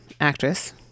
actress